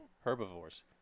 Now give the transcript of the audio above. herbivores